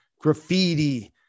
graffiti